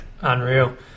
unreal